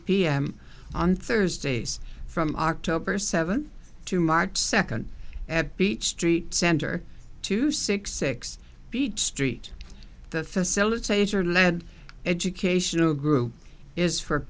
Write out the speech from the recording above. pm on thursdays from october seventh to much second at beach street center to six six feet street the facilitator led educational group is for